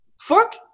Fuck